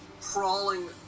crawling